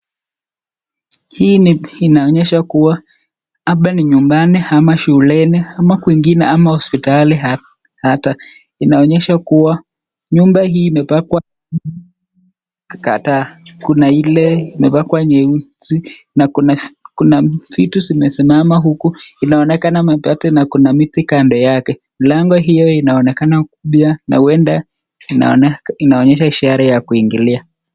Hii inaonyesha kuwa hapa ni nyumbani ama shuleni ama kwingine ama hospitali hata. Inaonyesha kuwa nyumba hii imepakua kadhaa. Kuna ile imepakua nyeusi na kuna vitu zimesimama huku. Inaonekana mipaka na kuna miti kando yake. Mlango hiyo inaonekana kubaya na huenda inaonyesha ishara ya kuingilia.